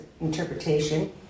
interpretation